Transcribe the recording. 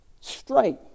straight